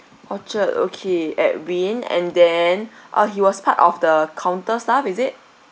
orchard okay edwin and then uh he was part of the counter staff is it